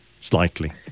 slightly